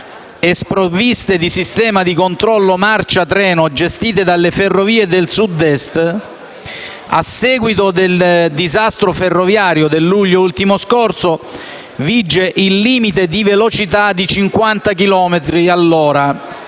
sprovviste di sistema di controllo marcia treno (SCMT) e gestite dalle Ferrovie del Sud Est, a seguito del disastro ferroviario del luglio scorso, vige il limite di velocità di 50 chilometri